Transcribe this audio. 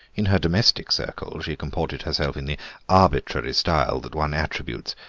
in her domestic circle she comported herself in the arbitrary style that one attributes,